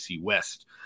West